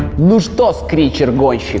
new so but screecher